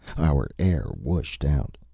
our air whooshed out.